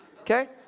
Okay